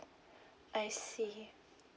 I see